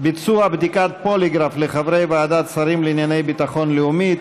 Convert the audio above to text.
ביצוע בדיקת פוליגרף לחברי ועדת השרים לענייני ביטחון לאומי),